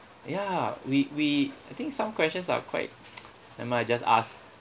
ya we we I think some questions are quite never mind just ask